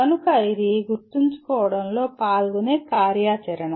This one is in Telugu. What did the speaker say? కనుక ఇది గుర్తుంచుకోవడంలో పాల్గొనే కార్యాచరణ